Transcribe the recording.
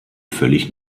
völlig